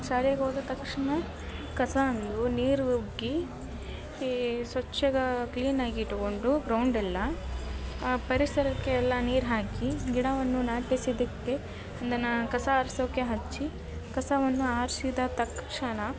ಶಾಲಿಗೆ ಹೋದ ತಕ್ಷಣ ಕಸನು ನೀರು ಒಗ್ಗಿ ಈ ಸ್ವಚ್ಛಗೆ ಕ್ಲೀನಾಗಿ ಇಟ್ಟುಕೊಂಡು ಗ್ರೌಂಡ್ ಎಲ್ಲ ಪರಿಸರಕ್ಕೆ ಎಲ್ಲ ನೀರು ಹಾಕಿ ಗಿಡವನ್ನು ನಾಟಿಸಿದ್ದಕ್ಕೆ ಅದನ್ನು ಕಸ ಆರಿಸೋಕ್ಕೆ ಹಚ್ಚಿ ಕಸವನ್ನು ಆರಿಸಿದ ತಕ್ಷಣ